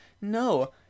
no